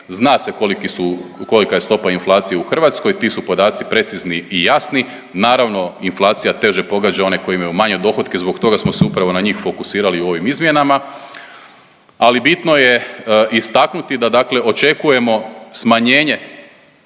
su, kolika je stopa inflacije u Hrvatskoj, ti su podaci precizni i jasni. Naravno inflacija teže pogađa one koji imaju manje dohotke, zbog toga smo se upravo na njih fokusirali u ovim izmjenama. Ali bitno je istaknuti da dakle očekujemo smanjenje